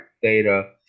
theta